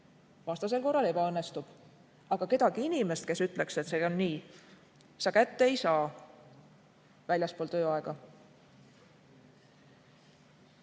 Vastasel korral ebaõnnestub. Aga kedagi inimest, kes ütleks, et see on nii, sa kätte ei saa väljaspool tööaega.